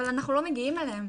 אבל אנחנו לא מגיעים אליהם.